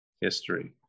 history